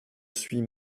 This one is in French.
suis